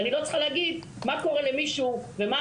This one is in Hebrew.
ואני לא צריכה להגיד מה קורה למישהו ומה